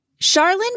Charlene